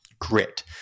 Grit